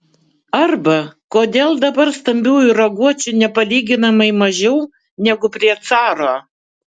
arba kodėl dabar stambiųjų raguočių nepalyginamai mažiau negu prie caro